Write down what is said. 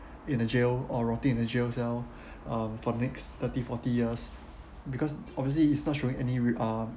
in a jail or rotting in a jail cell uh for next thirty forty years because obviously it's not showing any re~ uh